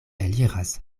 eliras